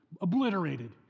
obliterated